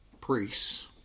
priests